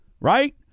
right